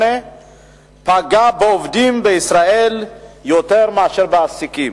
פגע בעובדים בישראל יותר מאשר במעסיקים.